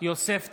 יוסף טייב,